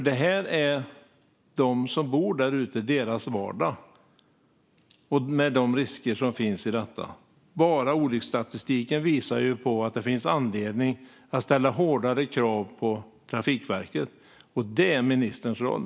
Det här, och de risker som finns i detta, är vardag för dem som bor där ute. Redan olycksstatistiken visar att det finns anledning att ställa hårdare krav på Trafikverket. Och det är ministerns roll.